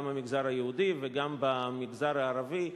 גם במגזר היהודי וגם במגזר הערבי,